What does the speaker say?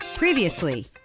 Previously